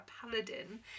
Paladin